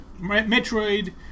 Metroid